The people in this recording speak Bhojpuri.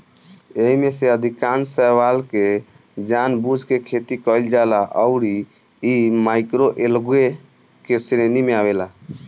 एईमे से अधिकांश शैवाल के जानबूझ के खेती कईल जाला अउरी इ माइक्रोएल्गे के श्रेणी में आवेला